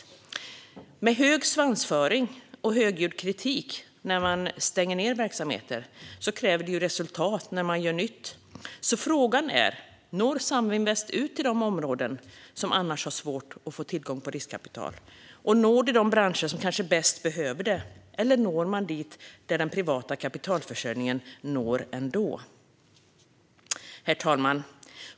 När man med hög svansföring och högljudd kritik stänger ned verksamheter kräver det resultat när man gör nytt. Frågan är: Når Saminvest ut till de områden som har svårt att få tillgång till riskkapital? Och når man de branscher som bäst behöver det, eller når man dit där den privata kapitalförsörjningen ändå når? Herr talman!